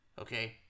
Okay